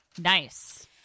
Nice